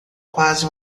quase